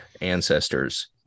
ancestors